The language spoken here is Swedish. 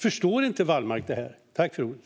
Förstår inte Wallmark detta?